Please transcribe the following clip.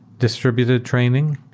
distributed training.